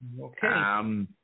Okay